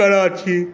Karachi